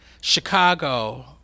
Chicago